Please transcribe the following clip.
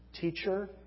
teacher